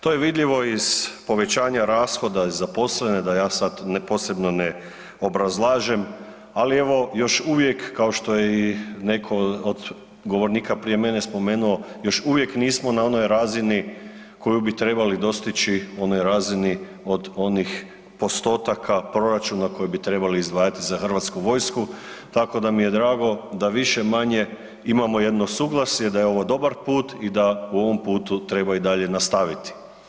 To je vidljivo iz povećanja rashoda ... da ja sad posebno ne obrazlažem ali evo još uvijek kao što je netko od govornika prije mene spomenuo, još uvijek nismo na onoj razini koju bi trebali dostići, onoj razini od onih postotaka proračuna koji bi trebali izdvajati za hrvatsku vojsku tako da mi je drago da više-manje imamo jedno suglasje, da je ovo dobar put i da u ovom putu treba i dalje nastaviti.